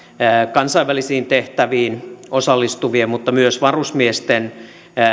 kansainvälisiin tehtäviin osallistuvien mutta myös varusmiesten